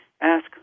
ask